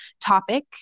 topic